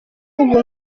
ubu